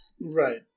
Right